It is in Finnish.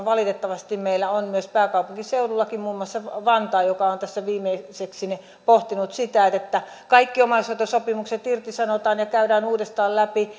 valitettavasti pääkaupunkiseudullakin muun muassa vantaa on tässä viimeiseksi pohtinut sitä että kaikki omaishoitosopimukset irtisanotaan ja käydään uudestaan läpi